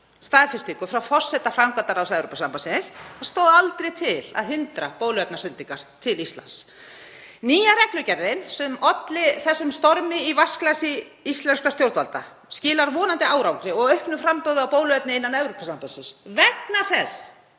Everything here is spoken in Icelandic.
staðfestingu frá forseta framkvæmdaráðs Evrópusambandsins um að það hefði aldrei staðið til að hindra bóluefnasendingar til Íslands. Nýja reglugerðin, sem olli þessum stormi í vatnsglasi íslenskra stjórnvalda, skilar vonandi árangri og auknu framboði á bóluefni innan Evrópusambandsins vegna þess